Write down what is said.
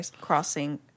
Crossing